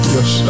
Yes